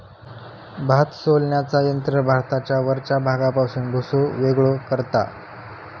भात सोलण्याचा यंत्र भाताच्या वरच्या भागापासून भुसो वेगळो करता